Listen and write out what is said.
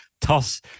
Toss